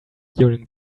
during